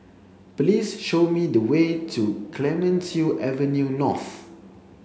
please show me the way to Clemenceau Avenue North